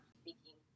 speaking